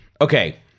okay